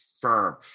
firm